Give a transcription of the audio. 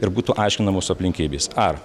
ir būtų aiškinamos aplinkybės ar